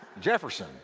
Jefferson